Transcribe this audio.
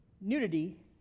nudity